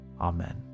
Amen